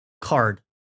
card